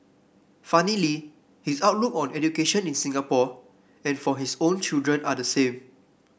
funnily his outlook on education in Singapore and for his own children are the same